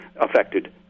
affected